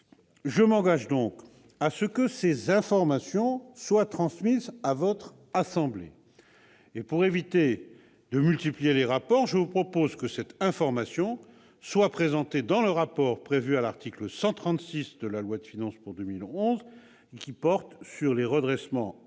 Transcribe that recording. Je m'engage à ce que ces informations soient transmises à votre assemblée. Pour éviter de multiplier les rapports, je propose que ces informations soient présentées dans le rapport prévu à l'article 136 de la loi de finances pour 2011, qui porte sur les redressements